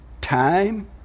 time